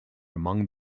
among